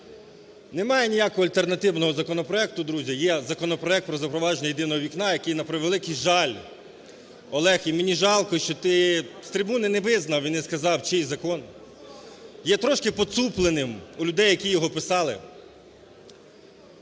Немає ніякого альтернативного законопроекту, друзі, є законопроект про запровадження єдиного вікна, який, на превеликий жаль, Олег, і мені жалко, що ти з трибуни не визнав і не сказав чий закон є трошки поцупленим у людей, які його писали.